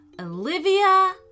Olivia